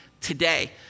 today